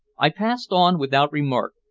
i passed on without remark,